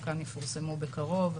חלקן יפורסמו בקרוב,